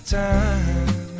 time